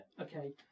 okay